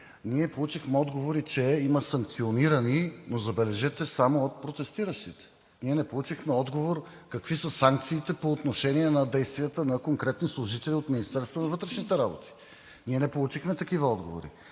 ние получихме отговори, че има санкционирани, но, забележете, само от протестиращите. Ние не получихме отговор какви са санкциите по отношение на действията на конкретни служители от Министерството на вътрешните работи? Ние не получихме такива отговори.